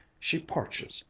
she parches,